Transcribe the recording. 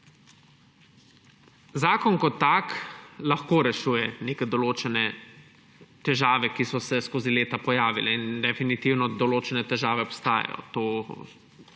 Zakon kot tak lahko rešuje neke določene težave, ki so se skozi leta pojavile in definitivno določene težave obstajajo.